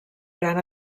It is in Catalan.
gran